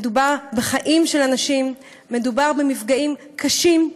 מדובר בחיים של אנשים, מדובר במפגעים קשים,